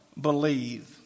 believe